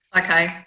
Okay